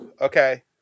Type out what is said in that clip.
Okay